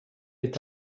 est